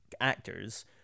actors